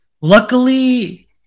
Luckily